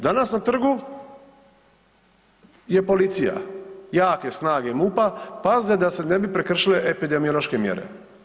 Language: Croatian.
Danas na trgu je policija, jake snage MUP-a paze da se ne bi prekršile epidemiološke mjere.